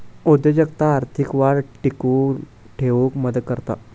उद्योजकता आर्थिक वाढ टिकवून ठेउक मदत करता